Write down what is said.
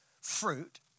fruit